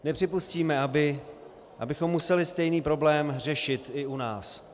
Nepřipustíme, abychom museli stejný problém řešit i u nás.